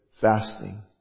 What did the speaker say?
fasting